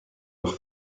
leurs